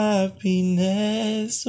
Happiness